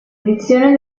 edizione